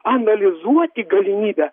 analizuoti galimybę